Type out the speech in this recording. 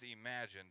imagined